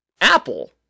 Apple